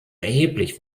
erheblich